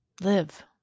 live